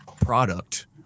product